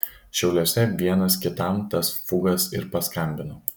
šiauliuose vienas kitam tas fugas ir paskambino